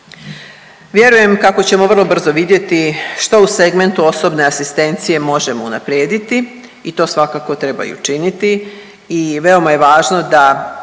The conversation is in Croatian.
Vjerujem kao ćemo vrlo brzo vidjeti što segmentu osobne asistencije možemo unaprijediti i to svakako treba i učiniti i veoma je važno da